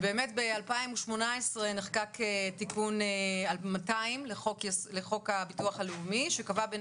בשנת 2018 נחקק תיקון 200 לחוק הביטוח הלאומי שקבע בין